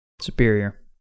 superior